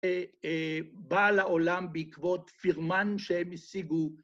אה... אה... ‫בא לעולם בעקבות פירמן שהם השיגו.